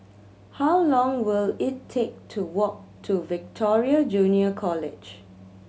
how long will it take to walk to Victoria Junior College